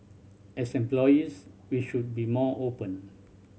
as employees we should be more open